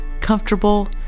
comfortable